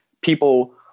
People